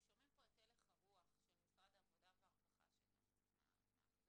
אתם שומעים פה את הלך הרוח של משרד העבודה והרווחה שזה גם קצת מאכזב.